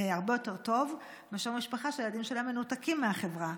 הרבה יותר טוב מאשר משפחה שהילדים שלה מנותקים מהחברה.